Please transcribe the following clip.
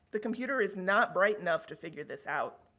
the computer is not bright enough to figure this out.